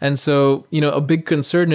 and so you know a big concern